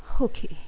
Okay